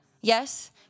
yes